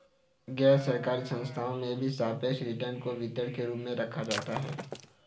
गैरसरकारी संस्थाओं में भी सापेक्ष रिटर्न को वितरण के रूप में रखा जाता है